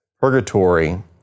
purgatory